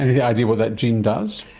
yeah idea what that gene does?